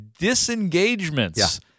disengagements